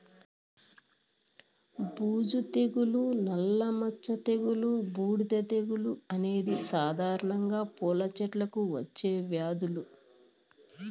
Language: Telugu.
బూజు తెగులు, నల్ల మచ్చ తెగులు, బూడిద తెగులు అనేవి సాధారణంగా పూల చెట్లకు వచ్చే వ్యాధులు